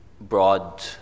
broad